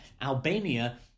Albania